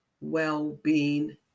well-being